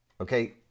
okay